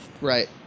Right